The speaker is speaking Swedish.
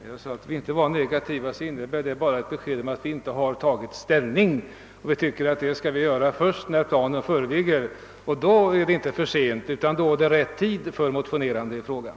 Herr talman! Mitt uttalande att utskottet inte var negativt inställt innebar endast ett besked om att utskottet ännu inte tagit ställning, eftersom vi anser att detta skall göras först när planen föreligger. Då är det inte för sent, utan tvärtom rätt tid för ett motionerande i frågan.